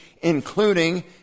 including